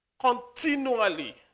continually